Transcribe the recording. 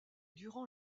durant